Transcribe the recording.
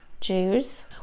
Jews